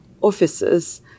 offices